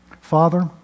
Father